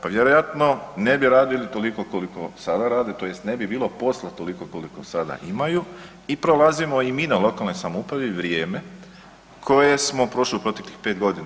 Pa vjerojatno ne bi radili toliko koliko sada rade tj. ne bi bilo posla toliko koliko sada imaju i prolazimo i mi na lokalnoj samoupravi vrijeme koje smo prošli u proteklih 5 godina.